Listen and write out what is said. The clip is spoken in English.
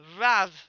Rav